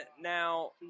Now